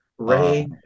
Ray